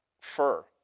fur